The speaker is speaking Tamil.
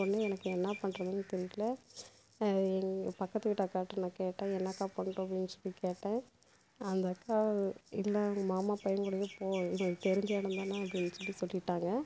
ஒன்று எனக்கு என்ன பண்ணுறதுன் தெரியல எங்கள் பக்கத்து வீட்டு அக்காகிட்ட நான் கேட்டேன் என்னக்கா பண்ணட்டும் அப்படின் சொல்லிவிட்டு கேட்டேன் அந்த அக்கா இல்லை அவங்க மாமா பையன் கூடவே போ உங்களுக்கு தெரிஞ்ச இடம் தான் அப்படின் சொல்லி சொல்லிட்டாக